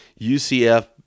UCF